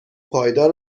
پایدار